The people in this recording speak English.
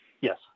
Yes